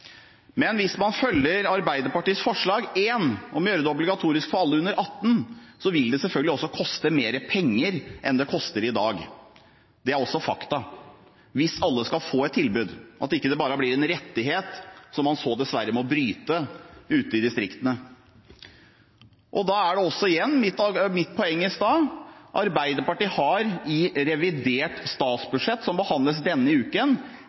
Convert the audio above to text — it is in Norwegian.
Men hvis man følger Arbeiderpartiets forslag nr. 1, om å gjøre dette obligatorisk for alle under 18, vil det selvfølgelig også koste mer penger enn det gjør i dag – det er også fakta – hvis alle skal få et tilbud og at det ikke bare blir en rettighet som man så dessverre må bryte ute i distriktene. Da er jeg tilbake ved mitt poeng fra i stad: Arbeiderpartiet har i revidert